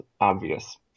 obvious